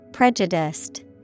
Prejudiced